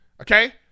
okay